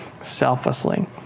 selflessly